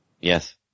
Yes